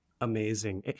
Amazing